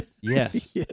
Yes